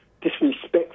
disrespect